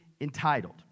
entitled